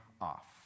off